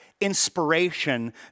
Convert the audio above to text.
inspiration